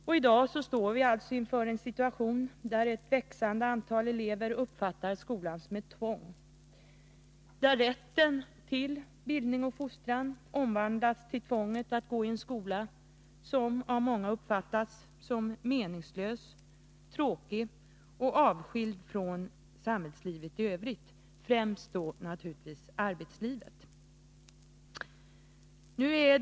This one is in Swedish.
Och i dag står vi inför en situation där ett växande antal elever uppfattar skolan som ett tvång, där rätten till utbildning och fostran omvandlas till tvånget att gå i en skola som av många uppfattas som meningslös, tråkig och avskild från samhällslivet i övrigt — främst då naturligtvis arbetslivet.